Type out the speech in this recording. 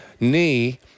knee